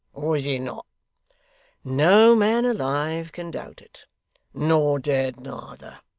or is it not no man alive can doubt it nor dead neither.